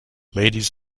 ladies